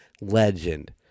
legend